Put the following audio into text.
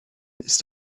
ist